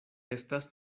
estas